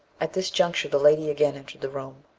at this juncture the lady again entered the room.